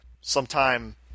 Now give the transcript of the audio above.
sometime